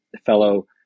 fellow